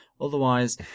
Otherwise